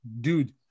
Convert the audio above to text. Dude